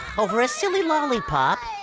over a silly lollipop?